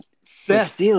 Seth